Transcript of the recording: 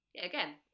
again